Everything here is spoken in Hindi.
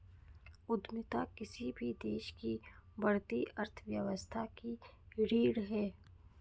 उद्यमिता किसी भी देश की बढ़ती अर्थव्यवस्था की रीढ़ है